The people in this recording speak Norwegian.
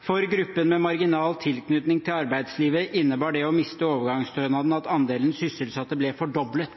«For gruppen med marginal tilknytning til arbeidslivet innebar det å miste overgangsstønaden at andelen sysselsatte ble fordoblet.»